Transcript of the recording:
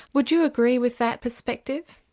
would you agree with that perspective?